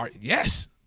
Yes